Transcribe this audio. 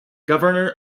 governor